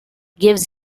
gives